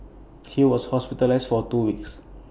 he was hospitalised for two weeks